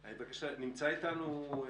אבקש שתציגי לנו את